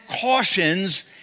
cautions